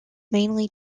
mainly